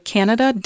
Canada